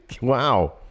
Wow